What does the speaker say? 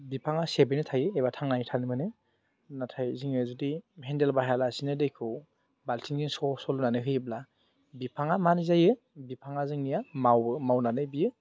बिफाङा सेबैनो थायो एबा थांनानै थानो मोनो नाथाइ जोङो जुदि हेन्देल बाहायालासेनो दैखौ बालथिंजों स' स' लुनानै होयोब्ला बिफाङा मारै जायो बिफाङा जोंनिया मावो मावनानै बियो